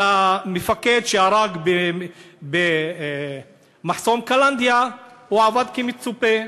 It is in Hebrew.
על המפקד שהרג במחסום קלנדיה: הוא עבד כמצופה.